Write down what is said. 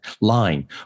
line